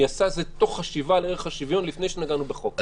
היא עשתה את זה תוך חשיבה על ערך השוויון לפני שנגענו בחוק.